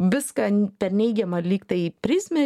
viską per neigiamą lyg tai prizmę